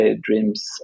dreams